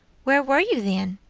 where were you then?